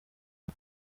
uko